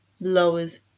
lowers